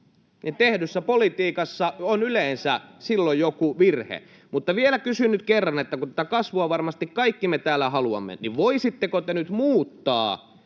tehdyssä politiikassa on yleensä silloin joku virhe. Mutta vielä kysyn nyt kerran: kun tätä kasvua varmasti kaikki me täällä haluamme, niin voisitteko te nyt muuttaa